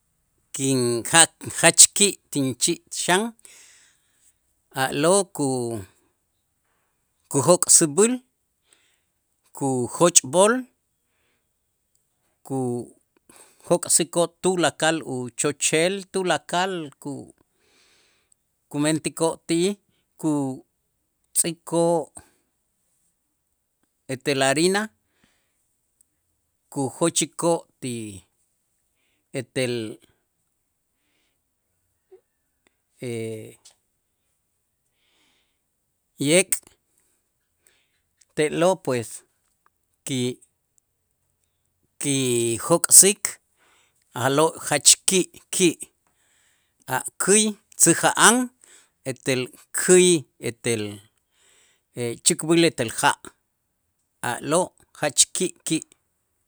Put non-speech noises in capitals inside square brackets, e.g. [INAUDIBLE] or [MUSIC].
kin ja' jach ki' tin chi' xan, a'lo' ku- kujok'säb'äl kujochb'ol kujok'sikoo' tulakal uchochel tulakal ku- kumentikoo' ti'ij kutz'ikoo' etel harina kujochikoo' ti etel [HESITATION] yek' te'lo' pues ki- kijok'sik a'lo' jach ki' ki', a' käy tzäja'an etel käy etel chäkbäl etel ja', a'lo' jach ki ki'.